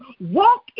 Walk